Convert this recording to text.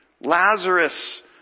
Lazarus